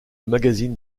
magazine